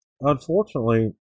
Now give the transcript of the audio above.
unfortunately